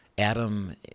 Adam